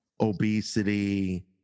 obesity